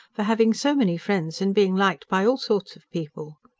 for having so many friends and being liked by all sorts of people.